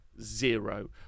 Zero